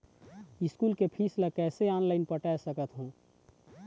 School के fees ला कैसे ऑनलाइन पटाए सकत हव?